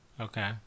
Okay